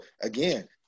again